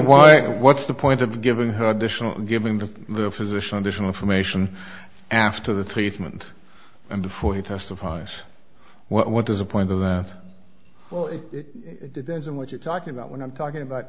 why what's the point of giving her additional and giving the physician additional information after the treatment and before he testifies what is the point of that well it depends on what you're talking about when i'm talking about